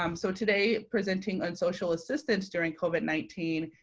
um so today, presenting on social assistance during covid nineteen,